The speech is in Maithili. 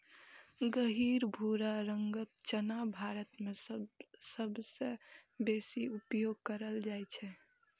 गहींर भूरा रंगक चना भारत मे सबसं बेसी उपयोग कैल जाइ छै